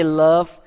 love